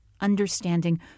understanding